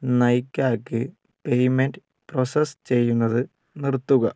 നൈകായ്ക്ക് payment process ചെയ്യുന്നത് നിർത്തുക